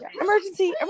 Emergency